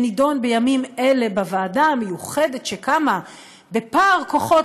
שנדון בימים אלה בוועדה המיוחדת שקמה בפער כוחות